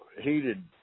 heated